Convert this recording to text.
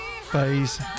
phase